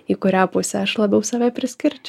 į kurią pusę aš labiau save priskirčiau